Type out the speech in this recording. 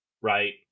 right